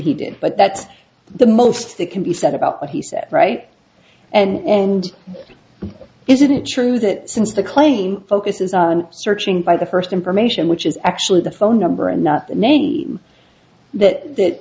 he did but that's the most that can be said about what he said right and isn't it true that since the claim focuses on searching by the first information which is actually the phone number and not the name that